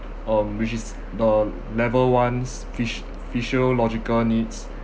um which is the level one phys~ physiological needs